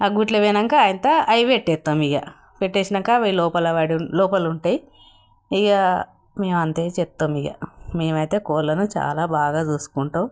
ఆ గూట్లో పోయాక వాటింత అవి పెట్టేస్తాము ఇక పెట్టేసినాక అవి లోపలడి లోపాలు ఉంటాయి ఇక మేము అంతే చేస్తాము ఇక మేము అయితే కోళ్ళను చాలా బాగా చూసుకుంటాము